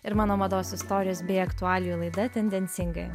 ir mano mados istorijos bei aktualijų laida tendencingai